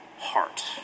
heart